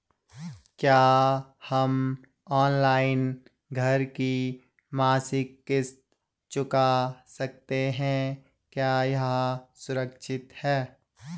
क्या हम ऑनलाइन घर की मासिक किश्त चुका सकते हैं क्या यह सुरक्षित है?